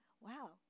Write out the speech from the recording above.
wow